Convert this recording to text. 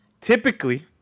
Typically